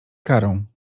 karą